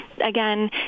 Again